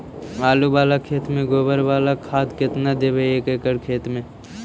आलु बाला खेत मे गोबर बाला खाद केतना देबै एक एकड़ खेत में?